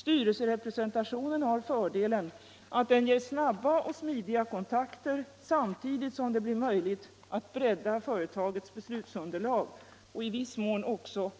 Styrelserepresentationen har fördelen att den ger snabba och smidiga kontakter samtidigt som det blir möjligt att bredda företagets beslutsunderlag och i viss mån också